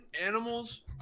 animals